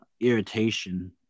irritation